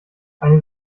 eine